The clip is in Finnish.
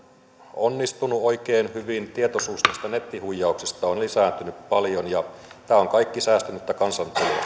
onnistunut oikein hyvin tietoisuus näistä nettihuijauksista on lisääntynyt paljon ja tämä on kaikki säästynyttä kansantuloa